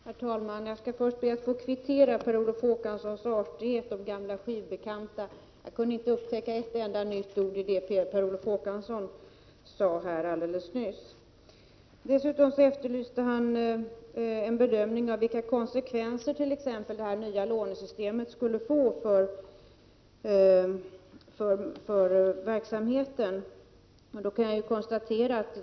Herr talman! Jag skall först be att få kvittera Per Olof Håkanssons artighet om gamla skivbekanta. Jag kunde inte upptäcka ett enda nytt ord i det han nyss sade. Per Olof Håkansson efterlyste en bedömning av vilka konsekvenser det nya lånesystemet skulle få för verksamheten.